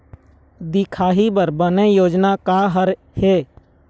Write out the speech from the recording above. दिखाही बर बने योजना का हर हे?